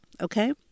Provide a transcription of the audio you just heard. okay